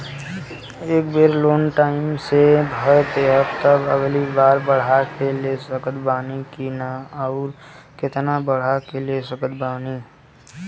ए बेर loan time से भर देहम त अगिला बार बढ़ा के ले सकत बानी की न आउर केतना बढ़ा के ले सकत बानी?